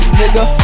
nigga